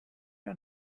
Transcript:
the